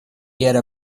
era